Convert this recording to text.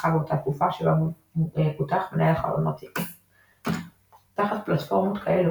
שפותחה באותה תקופה שבה פותח מנהל החלונות X. תחת פלטפורמות כאלו,